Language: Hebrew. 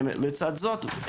לצד זאת,